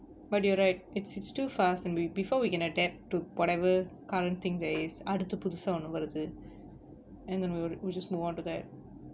but you're right it's it's too fast and we before we can adapt to whatever current thing there is அடுத்த புதுசா ஒன்னு வருது:adutha puthusa onnu varuthu and then we'll we just move on to that